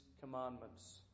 commandments